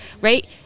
right